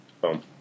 Boom